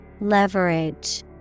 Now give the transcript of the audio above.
Leverage